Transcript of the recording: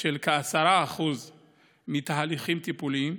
של כ-10% מתהליכים טיפוליים.